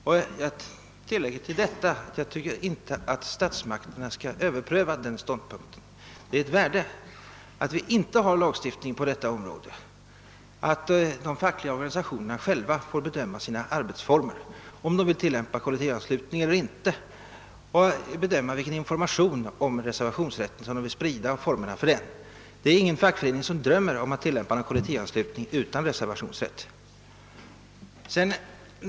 Jag vill tillägga att statsmakterna enligt min mening icke har någon anledning att överpröva den ståndpunkten. Det bör inte finnas någon lagstiftning på detta område, utan de fackliga organisationerna bör själva få bedöma sina arbetsformer, d. v. s. om de vill tillämpa kollektivanslutning eller inte. Dessa organisationer skall också få avgöra vil ken information de vill sprida om reservationsrätten och hur detta skall ske. Ingen fackförening drömmer om att tilllämpa kollektivanslutning utan reservationsrätt.